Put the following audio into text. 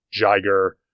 Jiger